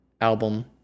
album